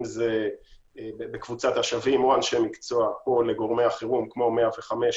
אם זה בקבוצת השווים או אנשי מקצוע או לגורמי החירום כמו 105,